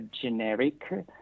generic